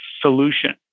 solution